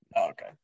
okay